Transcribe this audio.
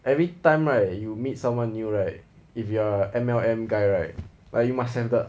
every time right you meet someone new right if you are M_L_M guy right but you must have the